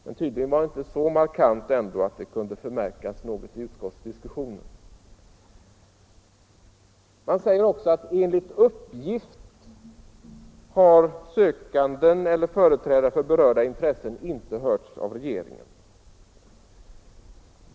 Men tydligen var det ändå inte en så markant avvikelse att den behövde tas upp i utskottets diskussion. Man säger också att enligt uppgift sökanden eller företrädare för berörda intressen inte hört av regeringen.